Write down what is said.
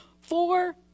four